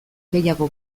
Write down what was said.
gehiago